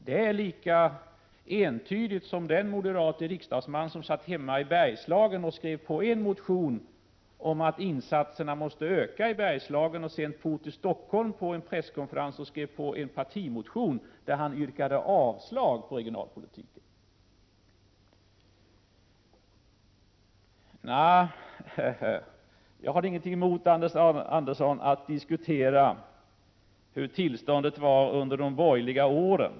Det är lika entydigt som i fallet med den moderata riksdagsman som hemma i Bergslagen skrev på en motion om att insatserna måste öka i Bergslagen och sedan for till Stockholm på en presskonferens och där skrev på en partimotion i vilken det yrkades avslag på regionalpolitiken. Nej, Anders Andersson, jag har ingenting emot att diskutera hur 25 tillståndet var under de borgerliga åren.